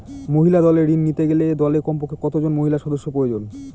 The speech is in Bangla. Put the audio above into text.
মহিলা দলের ঋণ নিতে গেলে দলে কমপক্ষে কত জন মহিলা সদস্য প্রয়োজন?